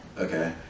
Okay